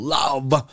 love